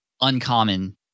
uncommon